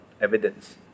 evidence